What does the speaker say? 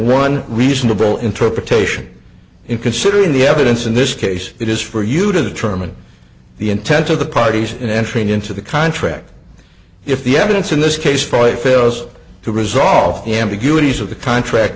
one reasonable interpretation in considering the evidence in this case it is for you to determine the intent of the parties in entering into the contract if the evidence in this case for a fails to resolve the ambiguities of the contract